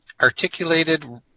articulated